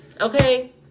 Okay